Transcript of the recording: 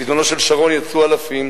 בזמנו של שרון יצאו אלפים,